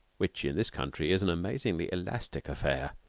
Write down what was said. which in this country is an amazingly elastic affair,